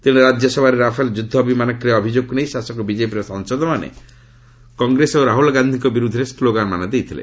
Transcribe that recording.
ତେଣେ ରାଜ୍ୟସଭାରେ ରାଫେଲ ଯୁଦ୍ଧବିମାନ କ୍ରୟ ଅଭିଯୋଗକୁ ନେଇ ଶାସକ ବିଜେପିର ସାଂସଦମାନେ କଂଗ୍ରେସ ଓ ରାହୁଲଗାନ୍ଧୀଙ୍କ ବିରୁଦ୍ଧରେ ସ୍କୋଗାନମାନ ଦେଇଥିଲେ